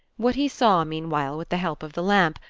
what he saw, meanwhile, with the help of the lamp,